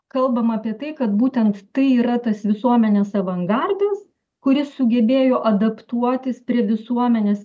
kalbam apie tai kad būtent tai yra tas visuomenės avangardas kuris sugebėjo adaptuotis prie visuomenės